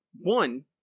one